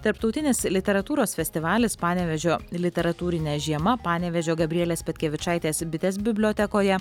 tarptautinis literatūros festivalis panevėžio literatūrinė žiema panevėžio gabrielės petkevičaitės bitės bibliotekoje